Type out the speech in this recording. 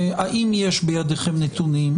האם יש בידכם נתונים?